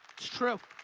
true.